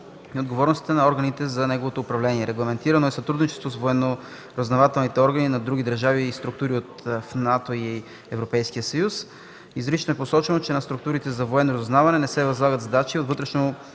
и отговорностите на органите за неговото управление. Регламентирано е сътрудничеството с военноразузнавателни органи на други държави и структури в НАТО и ЕС. Изрично е посочено, че на структурите за военно разузнаване не се възлагат задачи от